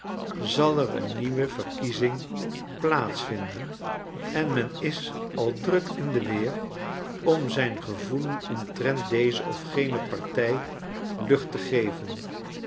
zal er een nieuwe verkiezing plaats vinden en men is al druk in de weer om zijn ge voelen omtrent deze of gene party lucht te geven